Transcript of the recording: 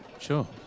Sure